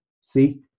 see